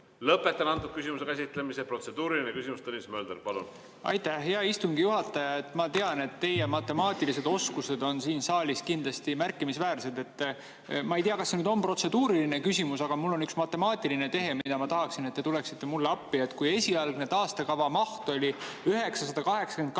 Lõpetan selle küsimuse käsitlemise. Protseduuriline küsimus, Tõnis Mölder, palun! Aitäh, hea istungi juhataja! Ma tean, et teie matemaatilised oskused on siin saalis märkimisväärsed. Ma ei tea, kas see on protseduuriline küsimus, aga mul on üks matemaatiline tehe, mille puhul ma tahaksin, et te tuleksite mulle appi. Kui esialgne taastekava maht oli 982,5